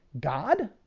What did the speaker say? God